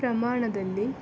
ಪ್ರಮಾಣದಲ್ಲಿ